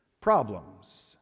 problems